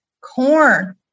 corn